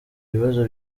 bibazo